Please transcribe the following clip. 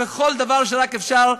בכל דבר שרק אפשר.